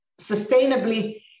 sustainably